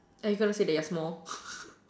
are you going to say that you are small